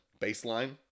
baseline